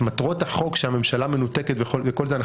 את מטרות החוק שהממשלה מנותקת וכל זה,